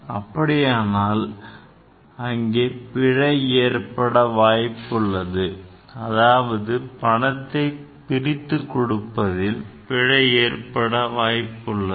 அப்படியானால் அங்கே பிழை ஏற்பட வாய்ப்புள்ளது அதாவது பணத்தை பிரிப்பதில் பிழை ஏற்பட வாய்ப்புள்ளது